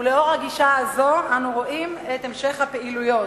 ולאור הגישה הזאת אנו רואים את המשך הפעילויות.